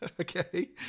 Okay